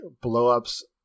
blow-ups